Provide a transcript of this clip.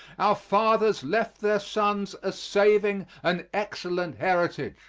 our fathers left their sons a saving and excellent heritage.